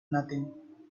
nothing